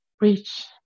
reach